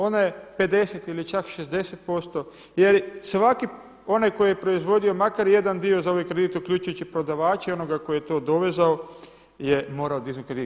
Ona je 50 ili čak 60% jel svaki onaj koji je proizvodio makar jedan dio za ovaj kredit uključujući prodavače i onoga koji je to dovezao je morao dignuti kredit.